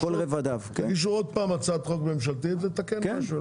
תגישו עוד פעם הצעת חוק ממשלתית ונתקן משהו.